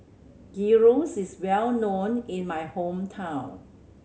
gyros is well known in my hometown